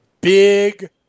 Big